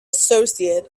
associate